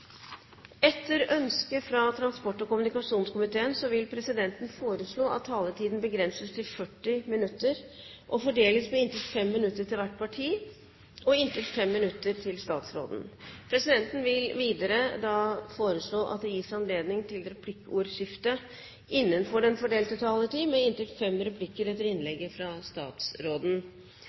Etter ønske fra transport- og kommunikasjonskomiteen vil presidenten foreslå at taletiden begrenses til 40 minutter og fordeles med inntil 5 minutter til hvert parti og inntil 5 minutter til statsråden. Videre vil presidenten foreslå at det gis anledning til replikkordskifte på inntil fem replikker etter innlegget fra statsråden